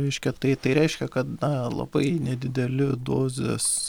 reiškia tai tai reiškia kad na labai nedideli dozės